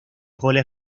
goles